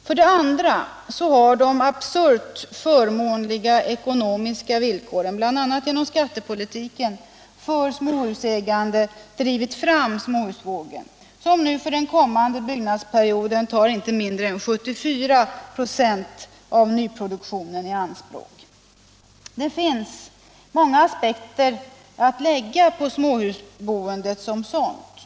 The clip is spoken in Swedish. För det andra har de absurt förmånliga villkoren för småhusägande, bl.a. genom skattepolitiken, drivit fram småhusvågen, som nu för kommande byggnadsperiod tar inte mindre än 74 96 av nyproduktionen i anspråk. Det finns många aspekter att lägga på småhusboendet som sådant.